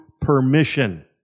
permission